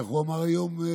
איך הוא אמר היום?